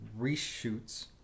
reshoots